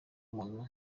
umuntu